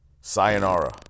Sayonara